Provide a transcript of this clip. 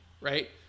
right